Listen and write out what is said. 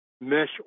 mesh